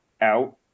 out